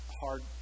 hard